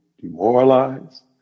demoralized